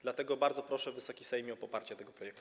Dlatego bardzo proszę, Wysoki Sejmie, o poparcie tego projektu.